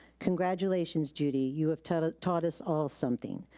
congratulations judy, you have taught ah taught us all something,